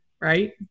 Right